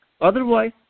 otherwise